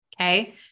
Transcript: okay